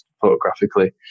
photographically